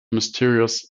mysterious